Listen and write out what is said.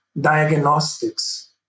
diagnostics